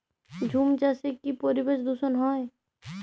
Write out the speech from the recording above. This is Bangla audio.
ঝুম চাষে কি পরিবেশ দূষন হয়?